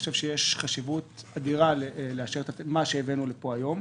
יש חשיבות אדירה לאשר את מה שהבאנו לפה היום,